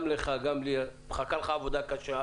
על המתווה של חל"ת